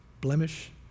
blemish